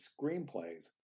screenplays